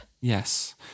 Yes